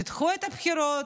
תדחו את הבחירות,